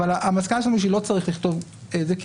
אבל המסקנה שלנו היא שלא צריך לכתוב את זה,